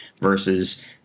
versus